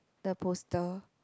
the poster